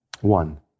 One